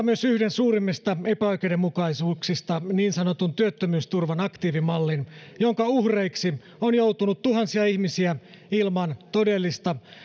myös yhden suurimmista epäoikeudenmukaisuuksista niin sanotun työttömyysturvan aktiivimallin jonka uhreiksi on joutunut tuhansia ihmisiä ilman todellista